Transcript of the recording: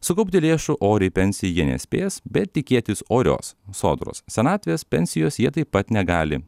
sukaupti lėšų oriai pensijai jie nespės bet tikėtis orios sodros senatvės pensijos jie taip pat negali